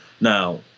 now